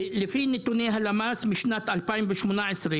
לפי נתוני הלמ"ס משנת 2018,